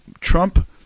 Trump